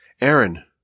Aaron